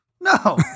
No